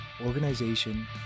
organization